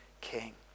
king